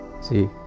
See